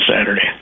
Saturday